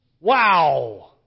Wow